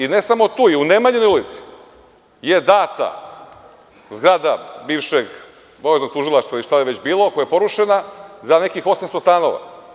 I ne samo tu, nego i u Nemanjinoj ulici je data zgrada bivšeg vojnog tužilaštva, ili šta je već bilo, koja je porušena, za nekih 800 stanova.